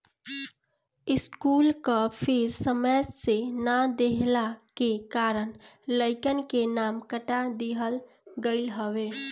school कअ fees समय से ना देहला के कारण लइकन के नाम काट दिहल गईल हवे